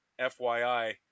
FYI